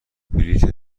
بلیت